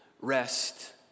rest